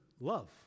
love